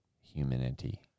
humanity